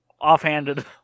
offhanded